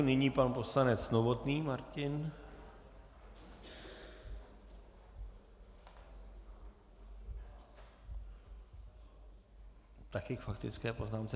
Nyní pan poslanec Novotný Martin taky k faktické poznámce.